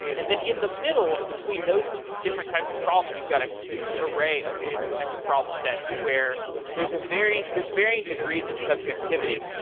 and then in the middle between those two different types of problems, you've got a huge array of different types of problem sets where there's varying there's varying degrees of subjectivity.